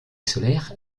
solaire